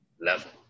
level